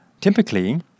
Typically